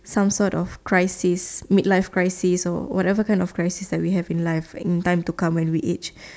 some sort of crisis mid life crisis or whatever kind of crisis that we have in life in time to cover when in each